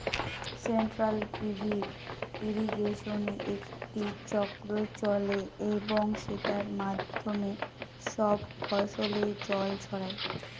central pivot ইর্রিগেশনে একটি চক্র চলে এবং সেটার মাধ্যমে সব ফসলে জল ছড়ায়